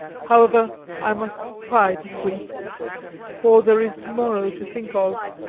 however, i must try to sleep for there is to-morrow to think of,